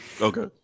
Okay